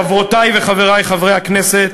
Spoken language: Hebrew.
חברותי וחברי חברי הכנסת,